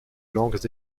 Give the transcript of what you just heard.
langues